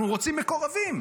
אנחנו רוצים מקורבים,